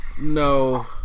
no